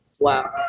Wow